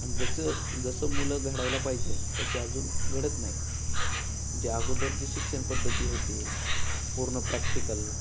आणि जसं जसं मुलं घडायला पाहिजे तसे अजून घडत नाही जे अगोदर जे शिक्षण पद्धती होती पूर्ण प्रॅक्टिकल